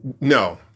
No